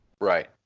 right